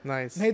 Nice